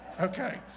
Okay